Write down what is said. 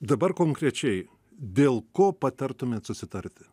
dabar konkrečiai dėl ko patartumėt susitarti